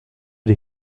des